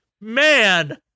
man